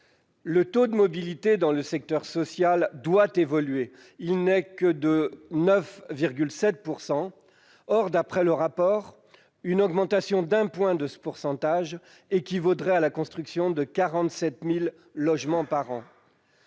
Le taux de mobilité dans le secteur social, qui n'est que de 9,7 %, doit évoluer. D'après le rapport, une augmentation d'un point de ce taux équivaudrait à la construction de 47 000 logements par an.